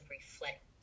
reflect